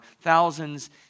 thousands